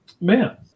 Man